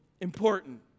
Important